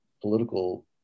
political